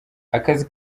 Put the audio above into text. akazi